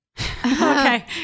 Okay